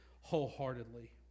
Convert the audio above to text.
wholeheartedly